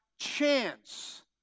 chance